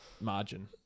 margin